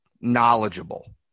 knowledgeable